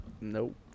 Nope